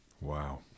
Wow